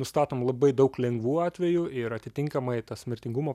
nustatom labai daug lengvų atvejų ir atitinkamai tas mirtingumo